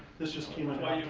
this just came ah